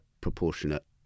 proportionate